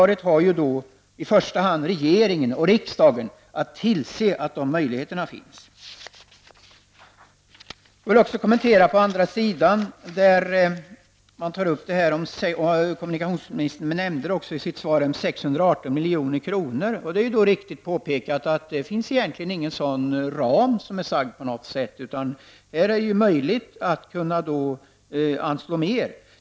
Det är ju i första hand regeringen och riksdagen som har ansvaret för att se till att dessa möjligheter finns. På andra sidan i svaret tar kommunikationsministern upp att regeringen har föreslagit 618 milj.kr. Det är riktigt påpekat att det egentligen inte finns någon ram, utan här finns det en möjlighet att anslå mer.